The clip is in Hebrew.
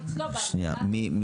נשאר.